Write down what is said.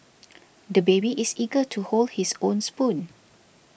the baby is eager to hold his own spoon